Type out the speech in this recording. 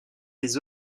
des